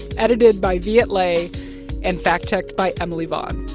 edited by viet le and fact-checked by emily vaughn.